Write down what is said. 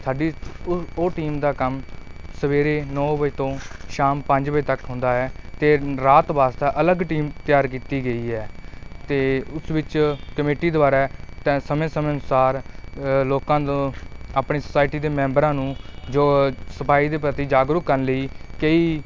ਸਾਡੀ ਉਹ ਉਹ ਟੀਮ ਦਾ ਕੰਮ ਸਵੇਰੇ ਨੌਂ ਵਜੇ ਤੋਂ ਸ਼ਾਮ ਪੰਜ ਵਜੇ ਤੱਕ ਹੁੰਦਾ ਹੈ ਅਤੇ ਰਾਤ ਵਾਸਤੇ ਅਲੱਗ ਟੀਮ ਤਿਆਰ ਕੀਤੀ ਗਈ ਹੈ ਅਤੇ ਉਸ ਵਿੱਚ ਕਮੇਟੀ ਦੁਆਰਾ ਟ ਸਮੇਂ ਸਮੇਂ ਅਨੁਸਾਰ ਲੋਕਾਂ ਤੋਂ ਆਪਣੀ ਸੋਸਾਇਟੀ ਦੇ ਮੈਂਬਰਾਂ ਨੂੰ ਜੋ ਸਫਾਈ ਦੇ ਪ੍ਰਤੀ ਜਾਗਰੂਕ ਕਰਨ ਲਈ ਕਈ